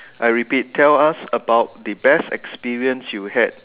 I repeat tell us about the best experience you had